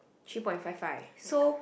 three point five five so